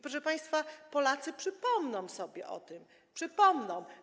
Proszę państwa, Polacy przypomną sobie o tym, przypomną.